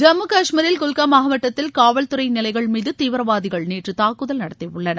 ஜம்மு காஷ்மீரில் குல்கா மாவட்டத்தில் ஊவல்துறை நிலைகள் மீது தீவிரவாதிகள் நேற்று தாக்குதல் நடத்தியுள்ளனர்